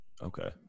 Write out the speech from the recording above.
Okay